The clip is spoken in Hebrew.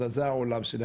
זה העולם שלי,